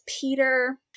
peter